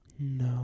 No